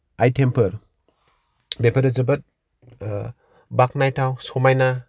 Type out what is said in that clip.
आयतेमफोर बेफोरो जोबोद ओ बाख्नायथाव समायना